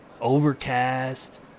Overcast